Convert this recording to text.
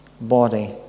body